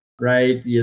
Right